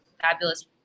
fabulous